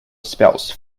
spouse